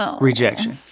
rejection